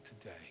today